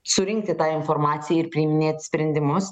surinkti tą informaciją ir priiminėt sprendimus